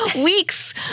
weeks